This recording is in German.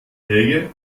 helge